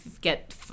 get